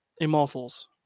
immortals